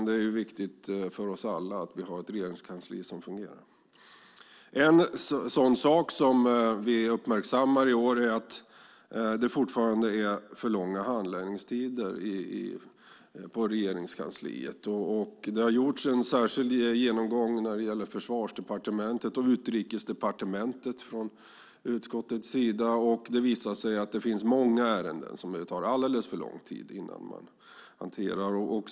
Det är ju viktigt för oss alla att vi har ett regeringskansli som fungerar. Vi uppmärksammar att det fortfarande är för långa handläggningstider på Regeringskansliet. Utskottet har gjort en särskild genomgång när det gäller Försvarsdepartementet och Utrikesdepartementet. Det visar sig att det är många ärenden som det tar alldeles för lång tid innan man hanterar.